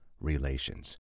relations